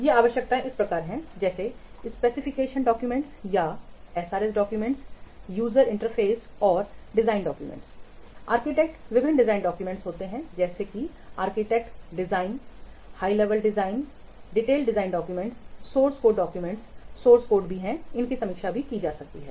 वे आवश्यकताएं इस प्रकार हैं जैसे स्पेसिफिकेशन डॉक्यूमेंटया एसआरएस डॉक्युमेंट यूजर इंटरफेस और डिजाइन डॉक्यूमेंट आर्किटेक विभिन्न डिज़ाइन डाक्यूमेंट्स जैसे कि architectural design high level design detail design documents source code documents स्रोत कोड भी हैं इसकी समीक्षा भी की जा सकती है